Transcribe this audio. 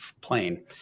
plane